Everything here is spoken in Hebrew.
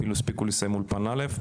אפילו הספיקו לסיים אולפן א'.